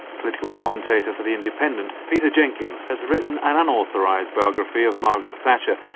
political commentator for the independent, peter jenkins, has written an unauthorised biography of margaret thatcher,